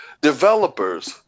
developers